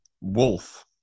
Wolf